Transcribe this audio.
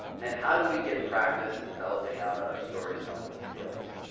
and how do we get practice and developing out our stories telling skills?